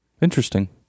Interesting